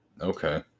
Okay